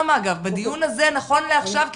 בדיון הזה נכון לעכשיו,